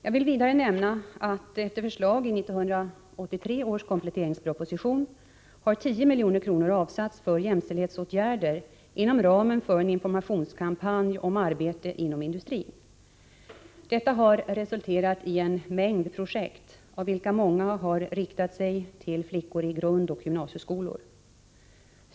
Jag vill vidare nämna att efter förslag i 1983 års kompletteringsproposition har 10 milj.kr. avsatts för jämställdhetsåtgärder inom ramen för en informationskampanj om arbete inom industrin. Detta har resulterat i en mängd projekt, av vilka många har riktat sig till flickor i grundoch gymnasieskolor.